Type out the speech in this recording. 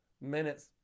minutes